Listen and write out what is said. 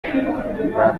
babyishimira